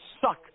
suck